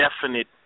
definite